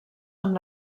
amb